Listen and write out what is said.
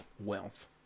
Wealth